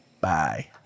Bye